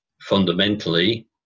fundamentally